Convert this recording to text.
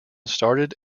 started